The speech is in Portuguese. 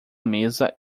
mesa